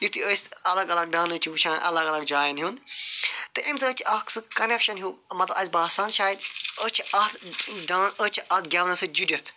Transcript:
یُتھٕے أسۍ الگ الگ ڈانَس چھِ وُچھان الگ الگ جایَن ہنٛد تہِ اَمہِ سۭتۍ چھُ اَکھ سُہ کۄنیٚکشن ہیٛو مطلب اسہِ باسان شاید أسۍ چھِ اَتھ ڈان اسۍ چھِ اَتھ گیٚونَس سۭتۍ جُڑِتھ